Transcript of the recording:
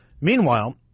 Meanwhile